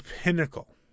Pinnacle